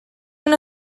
una